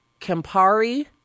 campari